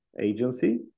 Agency